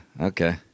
okay